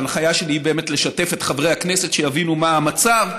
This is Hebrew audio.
ההנחיה שלי היא באמת לשתף את חברי הכנסת שיבינו מה המצב,